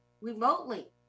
remotely